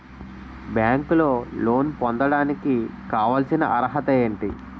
బ్యాంకులో లోన్ పొందడానికి కావాల్సిన అర్హత ఏంటి?